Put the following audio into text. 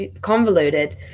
convoluted